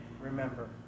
remember